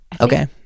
Okay